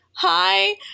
hi